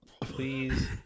Please